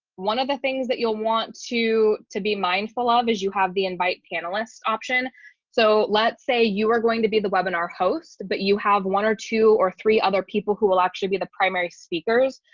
one of the things that you'll want to to be mindful ah of is you have the invite panelists option so let's say you are going to be the webinar host, but you have one or two or three other people who will actually be the primary speakers,